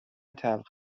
تلخ